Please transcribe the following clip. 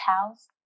House